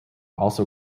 also